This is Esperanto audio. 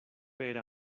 per